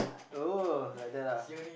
oh like that ah